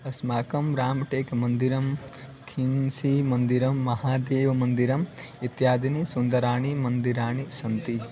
अस्माकं राम्टेक मन्दिरं खिन्सीमन्दिरं महादेवमन्दिरम् इत्यादिनि सुन्दराणि मन्दिराणि सन्ति